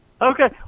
Okay